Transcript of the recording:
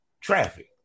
traffic